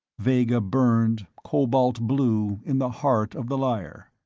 vega burned, cobalt blue, in the heart of the lyre.